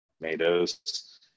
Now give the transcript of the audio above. tomatoes